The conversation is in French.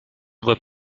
voie